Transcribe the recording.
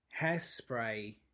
Hairspray